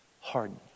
Harden